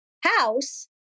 house